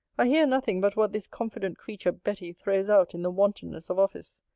i hear nothing but what this confident creature betty throws out in the wantonness of office.